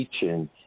teaching